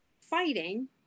fighting